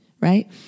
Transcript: right